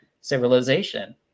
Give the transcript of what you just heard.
civilization